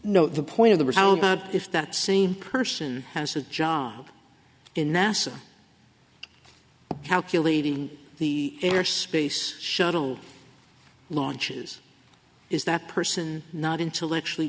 of the recount if that same person has a job in nasa calculating the air space shuttle launches is that person not intellectually